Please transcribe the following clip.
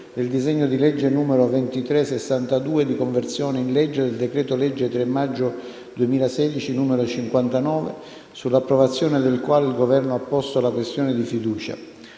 del disegno di legge di conversione in legge del decreto-legge 3 maggio 2016, n. 59, sull'approvazione del quale il Governo ha posto la questione di fiducia: